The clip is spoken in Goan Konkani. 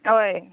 हय